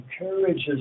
encourages